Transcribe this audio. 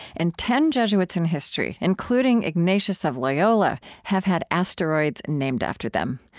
and ten jesuits in history, including ignatius of loyola, have had asteroids named after them.